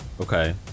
Okay